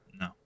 No